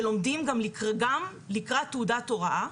שלומדים גם לקראת תעודת הוראה,